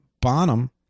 Bonham